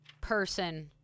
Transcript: person